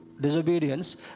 disobedience